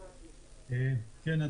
כן,